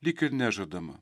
lyg ir nežadama